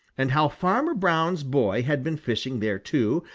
and how farmer brown's boy had been fishing there too,